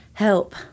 Help